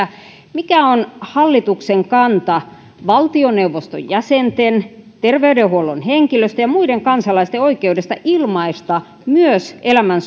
mikä on hallituksen kanta valtioneuvoston jäsenten terveydenhuollon henkilöstön ja muiden kansalaisten oikeudesta ilmaista myös elämän